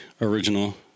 original